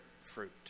fruit